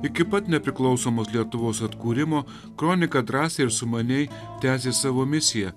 iki pat nepriklausomos lietuvos atkūrimo kronika drąsiai ir sumaniai tęsė savo misiją